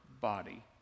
body